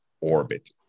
orbit